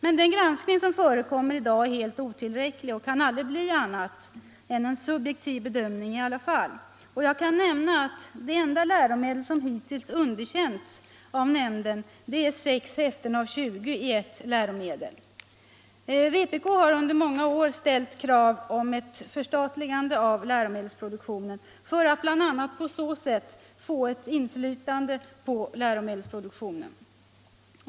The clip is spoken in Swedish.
Men den granskning som fö = mationen i skolans rekommer i dag är otillräcklig och kan ändå aldrig bli annat än en sub = läromedel jektiv bedömning. Jag kan nämna att de enda läromedel som hittills underkänts av nämnden är sex häften av tjugo i ett läromedel. Vpk har under många år ställt krav på ett förstatligande av läromedelsproduktionen för att bl.a. på så sätt få ett inflytande på läromedelsproduktionen.